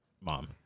mom